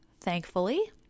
thankfully